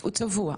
הוא צבוע?